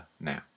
now